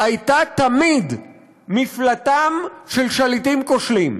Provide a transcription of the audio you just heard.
הייתה תמיד מפלטם של שליטים כושלים,